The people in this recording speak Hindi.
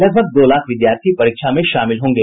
लगभग दो लाख विद्यार्थी परीक्षा में शामिल होंगे